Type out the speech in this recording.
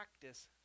practice